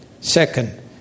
Second